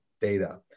data